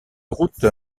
route